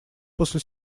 после